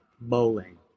bowling